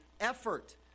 effort